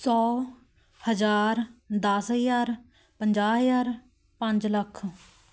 ਸੌ ਹਜ਼ਾਰ ਦਸ ਹਜ਼ਾਰ ਪੰਜਾਹ ਹਜ਼ਾਰ ਪੰਜ ਲੱਖ